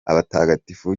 abatagatifu